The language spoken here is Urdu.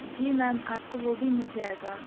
جی میم آپ کو وہ بھی مل جائے گا